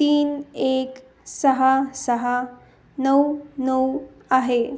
तीन एक सहा सहा नऊ नऊ आहे